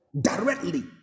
directly